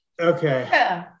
Okay